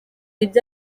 ibyo